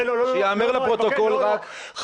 שייאמר לפרוטוקול רק --- לא,